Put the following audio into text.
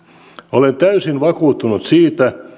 olen täysin vakuuttunut siitä